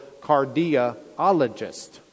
cardiologist